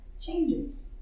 changes